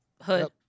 Hood